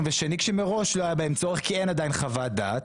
ושני כשמראש לא היה בהם צורך כי אין עדיין חוות דעת